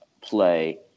play